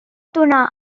donar